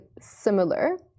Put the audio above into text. similar